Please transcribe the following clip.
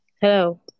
Hello